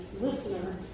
listener